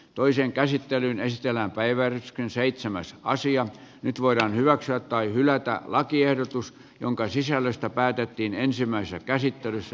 toiseen käsittelyyn esitellään päivä on seitsemäs kausi ja nyt voidaan hyväksyä tai hylätä lakiehdotus jonka sisällöstä päätettiin ensimmäisessä käsittelyssä